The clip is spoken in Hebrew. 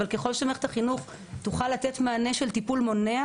אבל ככל שמערכת החינוך תוכל לתת מענה של טיפול מונע